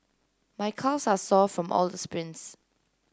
my calves are sore from all the sprints